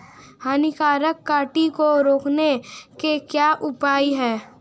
हानिकारक कीट को रोकने के क्या उपाय हैं?